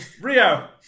Rio